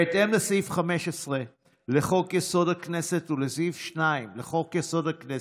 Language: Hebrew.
בהתאם לסעיף 15 לחוק-יסוד: הכנסת ולסעיף 2 לחוק הכנסת,